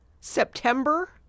September